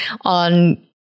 on